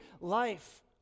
life